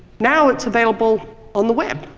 now it's available on the web,